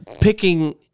picking